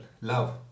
love